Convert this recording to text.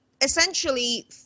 essentially